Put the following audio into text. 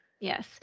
Yes